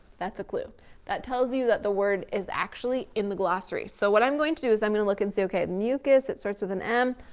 that's a clue that tells you that the word is actually in the glossary. so what i'm going to do is i'm gonna look and see okay, mucus it starts with an m,